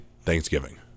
Thanksgiving